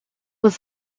was